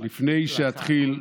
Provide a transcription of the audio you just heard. לפני שאתחיל,